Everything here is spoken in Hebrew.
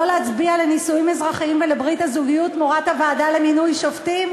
לא להצביע לנישואים אזרחיים ולברית הזוגיות תמורת הוועדה לבחירת שופטים?